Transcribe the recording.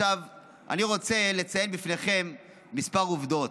עכשיו אני רוצה לציין בפניכם כמה עובדות.